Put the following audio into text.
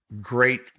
Great